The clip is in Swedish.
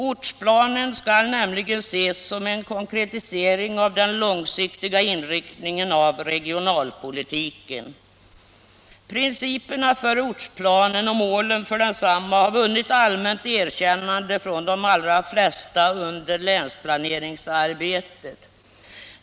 Ortsplanen skall nämligen ses som en konkretisering av den långsiktiga inriktningen på regionalpolitiken. Principerna för ortsplanen och målet för densamma har vunnit allmänt erkännande från de allra flesta under länsplaneringsarbetet.